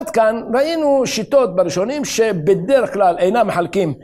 עד כאן ראינו שיטות בראשונים שבדרך כלל אינם מחלקים.